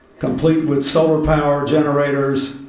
complete with solar power generators,